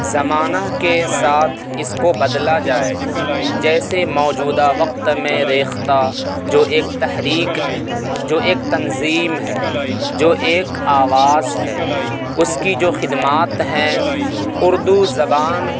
زمانہ کے ساتھ اس کو بدلہ جائے جیسے موجودہ وقت میں ریختہ جو ایک تحریک ہے جو ایک تنظیم ہے جو ایک آواز ہے اس کی جو خدمات ہیں اردو زبان